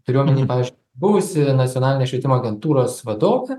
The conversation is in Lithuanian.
turiu omeny pavyzdžiui būsi nacionalinės švietimo agentūros vadovė